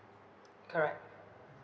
correct